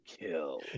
kill